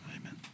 Amen